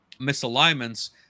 misalignments